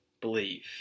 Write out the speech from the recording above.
believe